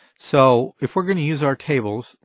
so if we're going to use our tables,